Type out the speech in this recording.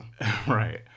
Right